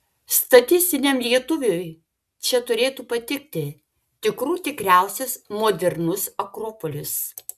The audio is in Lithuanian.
statistiniam lietuviui čia turėtų patikti tikrų tikriausias modernus akropolis